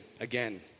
again